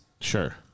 Sure